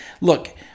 look